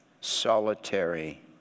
solitary